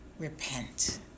repent